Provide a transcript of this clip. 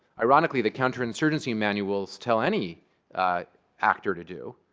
ironically, the counterinsurgency manuals tell any actor to do,